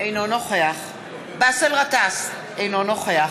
אינו נוכח